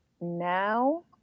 now